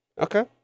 Okay